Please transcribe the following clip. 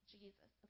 Jesus